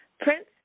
Prince